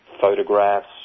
photographs